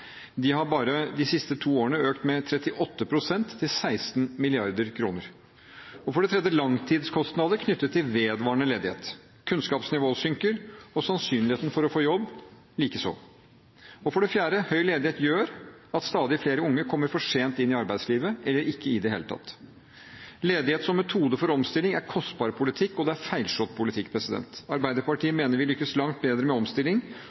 har bare de siste to årene økt med 38 pst., til 16 mrd. kr. Langtidskostnader knyttet til vedvarende ledighet: Kunnskapsnivået synker, og sannsynligheten for å få jobb likeså. Høy ledighet gjør at stadig flere unge kommer for sent inn i arbeidslivet, eller ikke i det hele tatt. Ledighet som metode for omstilling er kostbar politikk, og det er feilslått politikk. Arbeiderpartiet mener vi lykkes langt bedre med omstilling